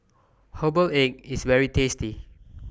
Herbal Egg IS very tasty